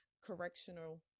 correctional